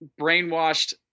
brainwashed